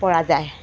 পৰা যায়